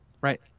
right